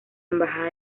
embajada